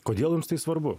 kodėl jums tai svarbu